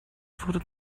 wurde